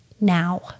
now